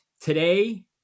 today